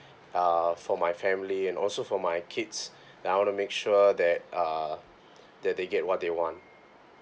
uh for my family and also for my kids and I want to make sure that uh that they get what they want